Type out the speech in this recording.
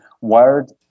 wired